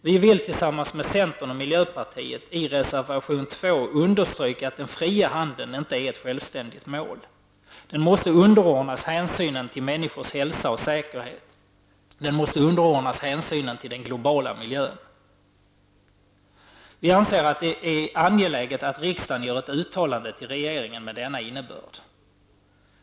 Vi vill tillsammans med centern och miljöpartiet i reservation 2 understryka att den fria handeln inte är ett självständigt mål. Den måste underordnas hänsynen till människors hälsa och säkerhet. Den måste underordnas hänsynen till den globala miljön. Vi anser det angeläget att riksdagen gör ett uttalande till regeringen med denna innebörd.